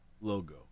logo